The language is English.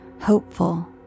hopeful